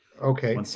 okay